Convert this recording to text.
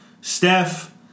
Steph